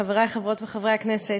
חברי חברות וחברי הכנסת,